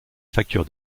facture